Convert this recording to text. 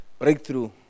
Breakthrough